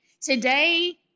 Today